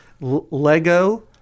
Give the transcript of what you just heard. Lego